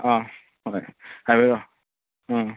ꯑꯥ ꯍꯣꯏ ꯍꯥꯏꯕꯤꯔꯛꯑꯣ ꯎꯝ